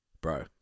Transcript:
Bro